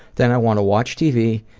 then i want to watch tv,